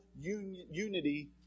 unity